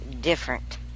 different